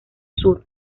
sur